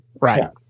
Right